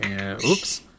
Oops